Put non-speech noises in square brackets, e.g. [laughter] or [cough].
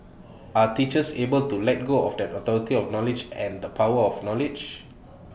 [noise] are teachers able to let go of that authority of knowledge and the power of knowledge